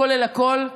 כולל הכול,